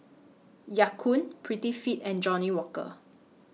Ya Kun Prettyfit and Johnnie Walker